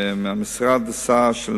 שהמשרד עשה,